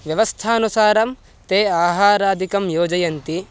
व्यवस्थानुसारं ते आहारादिकं योजयन्ति